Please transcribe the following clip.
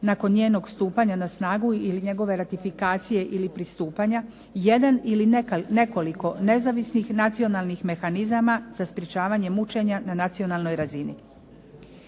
nakon njenog stupanja na snagu ili njegove ratifikacije ili pristupanja, jedan ili nekoliko nezavisnih nacionalnih mehanizama za sprječavanje mučenja na nacionalnoj razini.